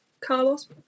Carlos